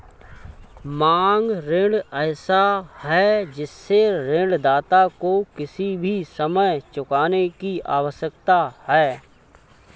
मांग ऋण ऐसा है जिससे ऋणदाता को किसी भी समय चुकाने की आवश्यकता है